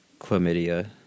Chlamydia